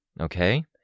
Okay